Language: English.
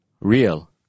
real